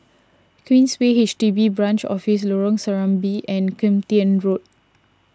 Queensway H D B Branch Office Lorong Serambi and Kim Tian Road